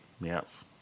Yes